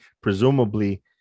presumably